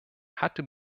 hatte